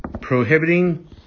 prohibiting